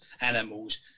animals